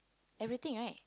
everything right